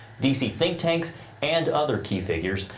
d c. think tanks and other key figures.